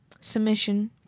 submission